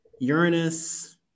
Uranus